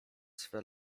swe